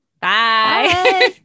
Bye